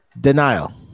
denial